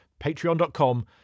patreon.com